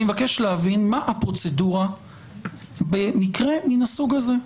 אני מבקש להבין מה הפרוצדורה במקרה מן הסוג הזה.